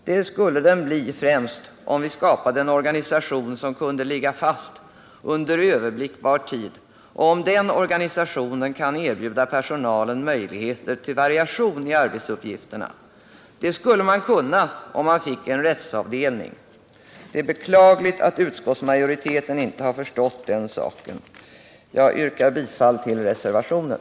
Det blir den främst om vi skapar en organisation som kan ligga fast under överblickbar tid, och om denna organisation kan erbjuda personalen möjligheter till variation i arbetsuppgifterna. Det skulle man kunna, om man fick en rättsavdelning. Det är beklagligt att utskottsmajoriteten inte har förstått den saken. Jag yrkar bifall till reservationen.